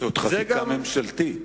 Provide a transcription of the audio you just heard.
זאת חקיקה ממשלתית.